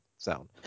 sound